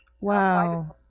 Wow